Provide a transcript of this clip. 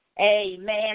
Amen